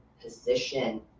position